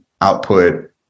output